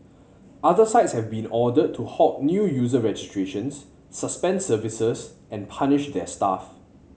other sites have been ordered to halt new user registrations suspend services and punish their staff